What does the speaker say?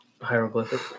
Hieroglyphic